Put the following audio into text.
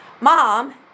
Mom